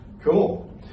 Cool